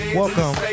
welcome